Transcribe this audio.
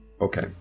Okay